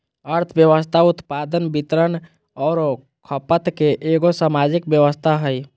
अर्थव्यवस्था उत्पादन, वितरण औरो खपत के एगो सामाजिक व्यवस्था हइ